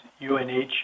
UNH